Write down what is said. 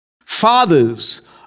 Fathers